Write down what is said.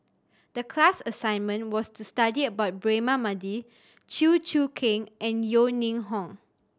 the class assignment was to study about Braema Mathi Chew Choo Keng and Yeo Ning Hong